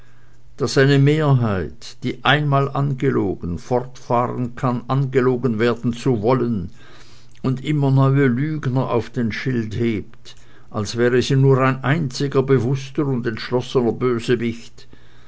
daß eine mehrheit die einmal angelogen fortfahren kann angelogen werden zu wollen und immer neue lügner auf den schild hebt als wäre sie nur ein einziger bewußter und entschlossener bösewicht